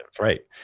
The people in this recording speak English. right